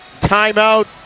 timeout